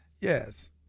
Yes